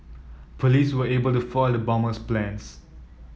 police were able to foil the bomber's plans